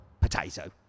potato